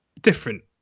different